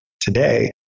today